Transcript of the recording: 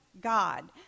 God